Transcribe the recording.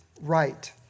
right